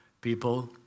people